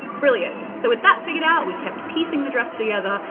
brilliant, so with that figured out we kept piecing the dress together,